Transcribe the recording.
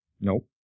Nope